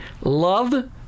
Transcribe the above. Love